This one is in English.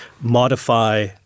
modify